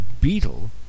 beetle